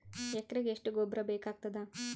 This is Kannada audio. ಎಕರೆಗ ಎಷ್ಟು ಗೊಬ್ಬರ ಬೇಕಾಗತಾದ?